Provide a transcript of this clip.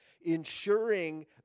ensuring